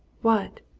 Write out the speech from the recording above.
what?